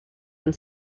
and